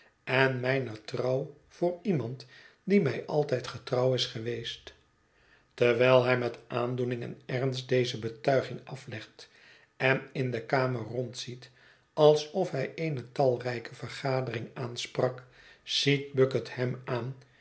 en mijner trouw voor iemand die mij altijd getrouw is geweest terwijl hij met aandoening en ernst deze betuiging aflegt en in de kamer rondziet alsof hij eene talrijke vergadering aansprak ziet bucket hem aan